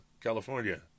California